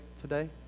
today